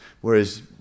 whereas